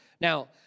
Now